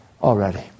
already